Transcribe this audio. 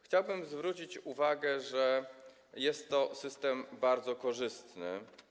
Chciałbym zwrócić uwagę, że jest to system bardzo korzystny.